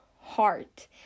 heart